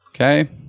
Okay